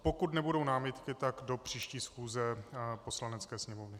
Pokud nebudou námitky, tak do příští schůze Poslanecké sněmovny.